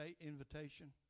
invitation